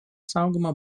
saugoma